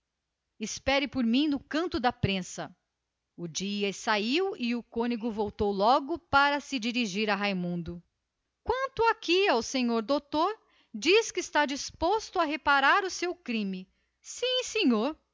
espere por mim no canto da prensa vá o dias fez um cumprimento e saiu o cônego tornou a meio da sala para dirigir-se a raimundo quanto aqui ao sr doutor diz que está disposto a reparar o seu crime é exato sim senhor